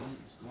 !wow!